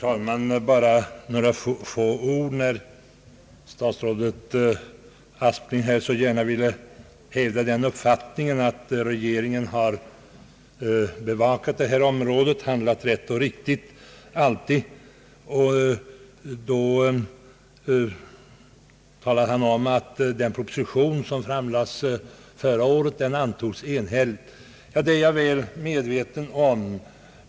Herr talman! Bara några få ord. Statsrådet Aspling ville här gärna hävda uppfattningen att regeringen har bevakat detta område på bästa sätt, alltid handlat rätt och riktigt. Han talar om att den proposition, som framlades förra året, antogs enhälligt. Ja, det är jag väl medveten om.